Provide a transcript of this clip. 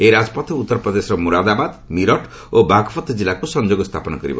ଏହି ରାଜପଥ ଉତ୍ତରପ୍ରଦେଶର ମୋରାଦାବାଦ ମିରଟ ଓ ବାଘପଥ୍ ଜିଲ୍ଲାକୁ ସଂଯୋଗ ସ୍ଥାପନ କରିବ